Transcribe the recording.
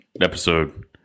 episode